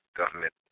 government